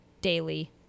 Daily